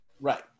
Right